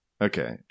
Okay